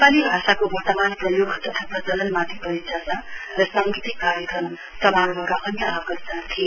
नेपाली भाषाको वर्तमान प्रयोग तथा प्रचलन माथि परिचर्चा र साङ्गीतिक कार्यक्रम समारोहको अन्य आकर्षण थिए